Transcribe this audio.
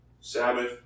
Sabbath